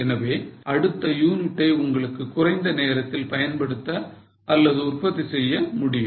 எனவே அடுத்த யூனிட்டை உங்களுக்கு குறைந்த நேரத்தில் பயன்படுத்த அல்லது உற்பத்தி செய்ய முடியும்